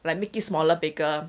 like make it smaller bigger